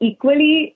Equally